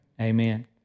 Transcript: Amen